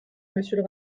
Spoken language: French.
monsieur